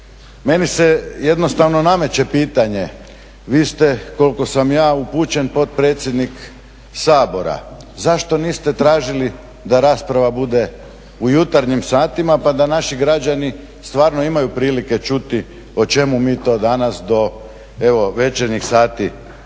Meni se jednostavno nameće pitanje vi ste koliko sam ja upućen potpredsjednik Sabora, zašto niste tražili da rasprava bude u jutarnjim satima pa da naši građani stvarno imaju prilike čuti o čemu mi to danas do evo večernjih sati